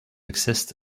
exist